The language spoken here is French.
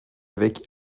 avec